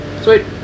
Sweet